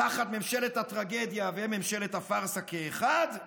תחת ממשלת הטרגדיה וממשלת הפארסה כאחד,